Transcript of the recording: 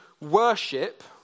worship